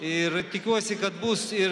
ir tikiuosi kad bus ir